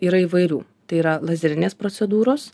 yra įvairių tai yra lazerinės procedūros